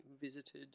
visited